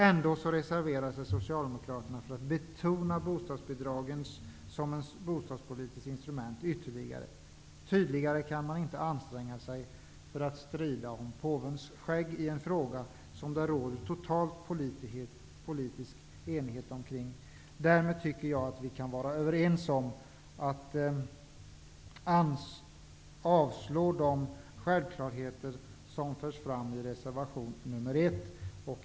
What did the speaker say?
Ändå reserverar sig socialdemokraterna för att ytterligare betona bostadsbidragen som bostadspolitiskt instrument. Tydligare kan man inte anstränga sig för att strida om påvens skägg i en fråga som det råder total politisk enighet omkring. Därmed tycker jag att vi kan vara överens om att avslå de självklarheter som förs fram i reservation nr 1.